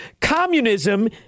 Communism